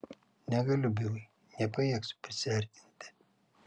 negaliu bilai nepajėgsiu prisiartinti